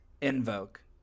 Invoke